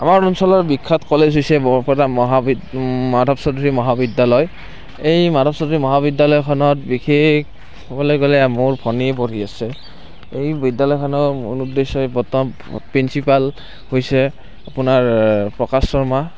আমাৰ অঞ্চলৰ বিখ্যাত কলেজ হৈছে বৰপেটা মাধৱ চৌধুৰী মহাবিদ্যালয় এই মাধৱ চৌধুৰী মহাবিদ্যালয়খনত বিশেষ ক'বলৈ গ'লে মোৰ ভনী পঢ়ি আছে এই বিদ্যালয়খনৰ মূল উদ্দেশ্য প্ৰথম প্ৰিঞ্চিপাল হৈছে আপোনাৰ প্ৰকাশ শৰ্মা